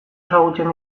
ezagutzen